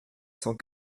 cent